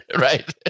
Right